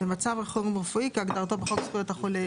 "מצב חירום רפואי" כהגדרתו בחוק זכויות החולה.